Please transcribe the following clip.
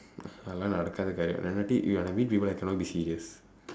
அது எல்லாம் நடக்காத காரியம்:athu ellaam nadakkaatha kaariyam I don't want to meet people who cannot be serious